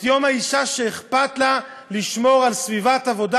את יום האישה שאכפת לה לשמור על סביבת עבודה